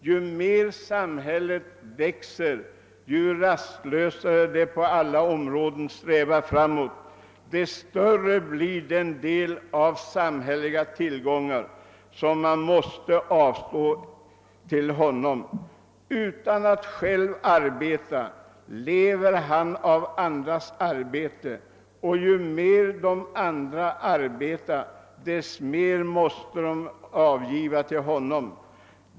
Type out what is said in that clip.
Ju mer samhället växer, ju rastlösare det på alla områden strävar framåt, dess större blir den del av samhällets tillgångar som man måste avstå till honom. Utan att själv arbeta lever han av andras arbete; och ju mer de andra arbeta, desto mer måste de avgiva till honom.